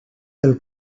del